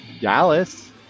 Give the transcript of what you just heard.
dallas